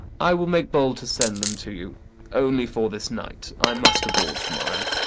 i will make bold to send them to you only for this night i must aboard to-morrow.